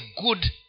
good